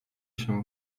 się